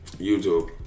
YouTube